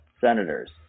senators